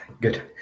Good